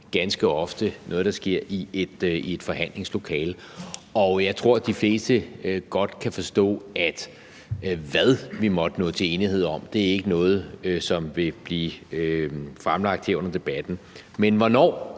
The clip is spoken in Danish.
ganske ofte er noget, der sker i et forhandlingslokale, og jeg tror, de fleste godt kan forstå, at hvad vi måtte nå til enighed om, ikke er noget, som vil blive fremlagt her under debatten, men hvornår